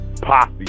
posse